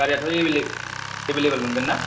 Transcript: गारिआथ' available मोनगोन ना